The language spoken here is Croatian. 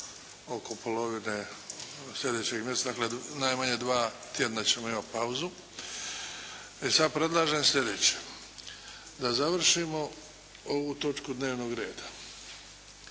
oko polovine slijedećeg mjeseca, dakle najmanje dva tjedna ćemo imati pauzu. Sad predlažem slijedeće, da završimo ovu točku dnevnog reda.